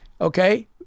Okay